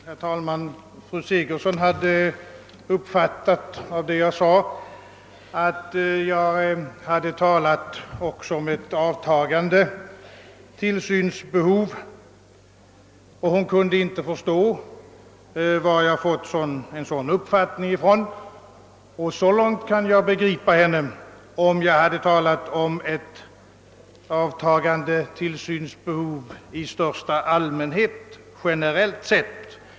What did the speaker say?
Herr talman! Fru Sigurdsen sade sig ha hört att jag talat om ett avtagande tillsynsbehov, och hon kunde inte förstå hur jag kunnat få en sådan uppfattning. Det begriper jag ifall det varit så att jag hade talat om ett avtagande tillsynsbehov i största allmänhet.